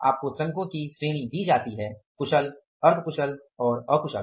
आपको श्रमिकों की श्रेणी दी जाती है कुशल अर्ध कुशल और अकुशल